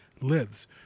lives